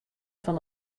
fan